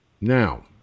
now